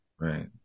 Right